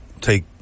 take